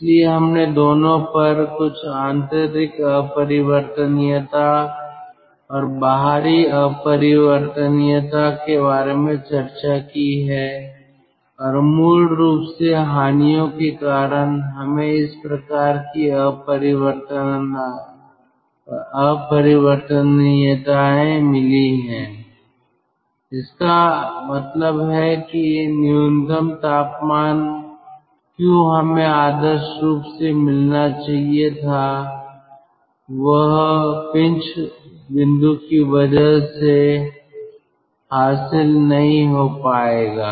इसलिए हमने दोनों पर कुछ आंतरिक अपरिवर्तनीयता और बाहरी अपरिवर्तनीयता के बारे में चर्चा की है और मूल रूप से हानियों के कारण हमें इस प्रकार की अपरिवर्तनीयताएँ मिलती हैं इसका मतलब है न्यूनतम तापमान क्यों हमें आदर्श रूप से मिलना चाहिए था वह पिंच बिंदु की वजह से हासिल नहीं हो पाएगा